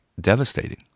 devastating